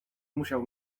musiał